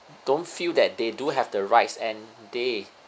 don't feel that they do have the rights and they